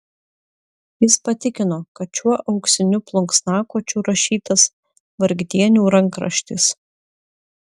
jis patikino kad šiuo auksiniu plunksnakočiu rašytas vargdienių rankraštis